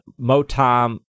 Motom